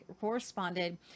corresponded